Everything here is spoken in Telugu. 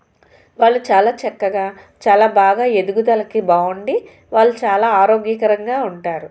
వాళ్లు చాలా చక్కగా చాలా బాగా ఎదుగుదలకి బావుండి వాళ్ళు చాలా ఆరోగ్యకరంగా ఉంటారు